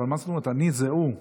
אבל מה זאת אומרת "אני זה הוא"?